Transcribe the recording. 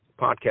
podcast